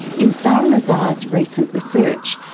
in sara lazar's recent research,